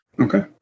Okay